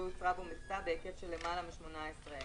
לא יוצרה בו מכסה בהיקף של למעלה מ-18,000,